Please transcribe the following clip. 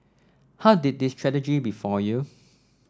how did this tragedy befall you